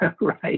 Right